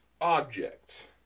object